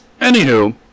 Anywho